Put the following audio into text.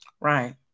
right